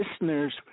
listeners